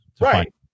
Right